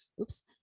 Oops